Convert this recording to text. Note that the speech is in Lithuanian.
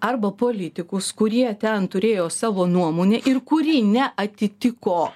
arba politikus kurie ten turėjo savo nuomonę ir kuri neatitiko